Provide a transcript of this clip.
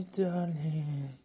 darling